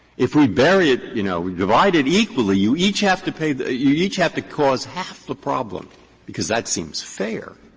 if we bury it you know, we divide it equally, you each have to pay you each have to cause half the problem because that seems fair,